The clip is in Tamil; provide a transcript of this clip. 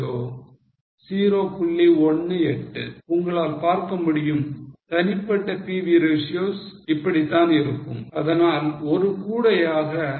18 உங்களால் பார்க்க முடியும் தனிப்பட்ட PV ratios இப்படித்தான் இருக்கும் அதனால் ஒரு கூடையாக அது 0